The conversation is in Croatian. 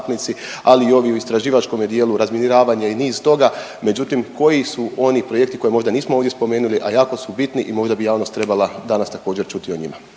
ali i ovi u istraživačkome dijelu razminiravanje i niz toga. Međutim, koji su oni projekti koje možda ovdje nismo spomenuli a jako su bitni i možda bi javnost trebala danas također čuti o njima.